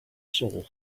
soul